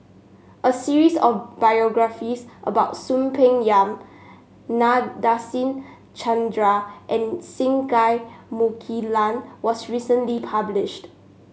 a series of biographies about Soon Peng Yam Nadasen Chandra and Singai Mukilan was recently published